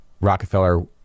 Rockefeller